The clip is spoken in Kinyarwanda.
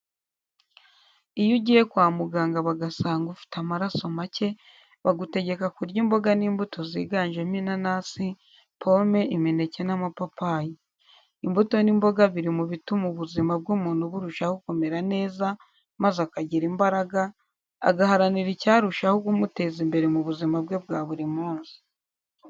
Iyo ugiye kwa muganga bagasanga ufite amaraso make bagutegeka kurya imboga n'imbuto ziganjemo: inanasi, pome, imineke n'amapapayi. Imbuto n'imboga biri mu bituma ubuzima bw'umuntu burushaho kumera neza maze akagira imbaraga, agaharanira icyarushaho kumuteza imbere mu buzima bwe bwa buri munsi.